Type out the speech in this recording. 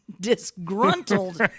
disgruntled